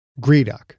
Greedock